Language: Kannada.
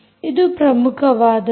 ಇದು ಪ್ರಮುಖವಾದದ್ದು